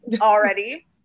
already